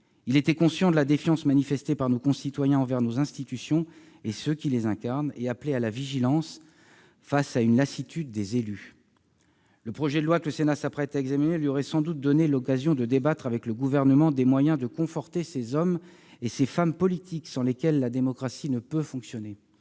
Il était conscient de la défiance manifestée par nos concitoyens envers nos institutions et ceux qui les incarnent, et appelait à la vigilance face à une lassitude des élus. Le projet de loi que le Sénat s'apprête à examiner lui aurait sans doute donné l'occasion de débattre avec le Gouvernement des moyens de conforter ces hommes et ces femmes politiques sans lesquels la démocratie ne peut fonctionner.